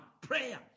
prayer